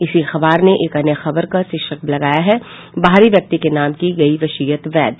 इसी अखबार ने एक अन्य खबर का शीर्षक लगाया है बाहरी व्यक्ति के नाम की गयी वसीयत वैध